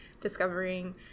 discovering